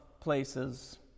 places